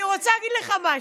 אני רוצה להגיד לך משהו.